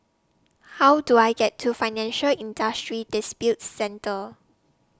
How Do I get to Financial Industry Disputes Center